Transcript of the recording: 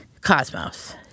Cosmos